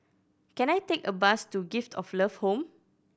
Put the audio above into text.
can I take a bus to Gift of Love Home